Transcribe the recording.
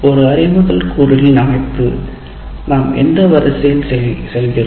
ஒரு அறிவுறுத்தல் கூறுகளின் அமைப்பு நாம் எந்த வரிசையில் செல்கிறோம்